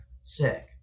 sick